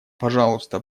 пожалуйста